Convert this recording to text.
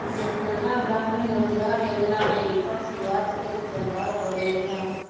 जेतना ग्रामीण रोजगार योजना हई ओकर शुरुआत केंद्र सरकार कर लई ह